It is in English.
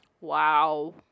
Wow